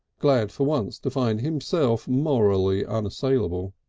glad for once to find himself morally unassailable.